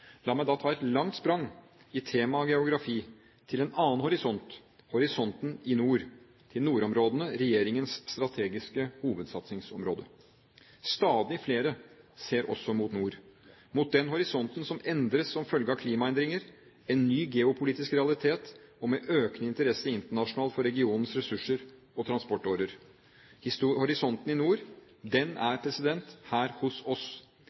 La meg da ta et langt sprang, i tema og geografi, til en annen horisont, horisonten i nord, til nordområdene, regjeringens strategiske hovedsatsingsområde. Stadig flere ser også mot nord, mot den horisonten som endres som følge av klimaendringer, en ny geopolitisk realitet og med økende interesse internasjonalt for regionens ressurser og transportårer. Horisonten i nord – den er her hos oss.